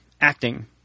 acting